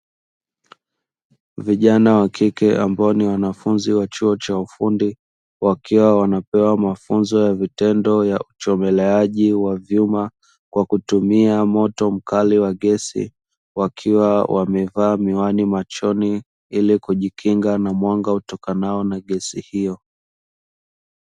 Vijana wakike ambao ni wanafunzi wa chuo cha ufundi, wakiwa wanapewa mafunzo ya vitendo ya uchomeleaji wa vyuma, kwa kutumia moto mkali wa gesi, wakiwa wamevaa miwani machoni ili kujikinga na mwanga utokanao na gesi hiyo.